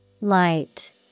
Light